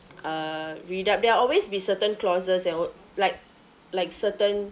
uh read up there are always be certain clauses and o~ like like certain